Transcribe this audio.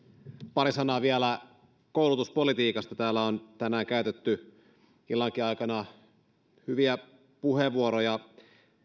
pari sanaa vielä koulutuspolitiikasta täällä on tänään käytetty illankin aikana hyviä puheenvuoroja